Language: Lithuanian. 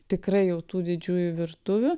tikrai jau tų didžiųjų virtuvių